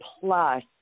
plus